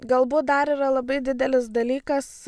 galbūt dar yra labai didelis dalykas